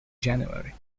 january